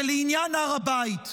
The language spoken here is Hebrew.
ולעניין הר הבית,